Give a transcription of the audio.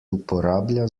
uporablja